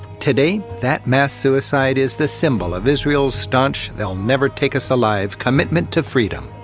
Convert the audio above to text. today, that mass suicide is the symbol of israel's staunch they'll never take us alive commitment to freedom.